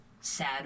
sad